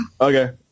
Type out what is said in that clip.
Okay